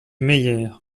meyer